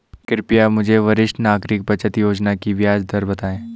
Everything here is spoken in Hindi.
कृपया मुझे वरिष्ठ नागरिक बचत योजना की ब्याज दर बताएँ